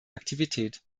aktivität